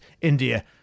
India